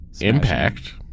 impact